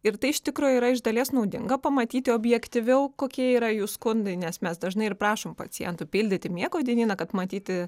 ir tai iš tikro yra iš dalies naudinga pamatyti objektyviau kokie yra jų skundai nes mes dažnai ir prašom pacientų pildyti miego dienyną kad matyti